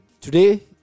today